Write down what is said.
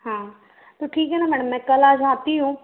हाँ तो ठीक है ना मैडम मैं कल आ जाती हूँ